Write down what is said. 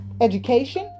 education